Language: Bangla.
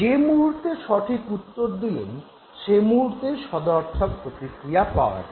যে মুহূর্তে সঠিক উত্তর দিলেন সেই মুহূর্তেই সদর্থক প্রতিক্রিয়া পাওয়া গেল